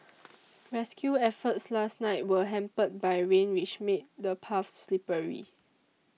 rescue efforts last night were hampered by rain which made the paths slippery